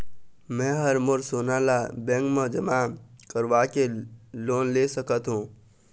मैं हर मोर सोना ला बैंक म जमा करवाके लोन ले सकत हो?